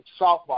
softball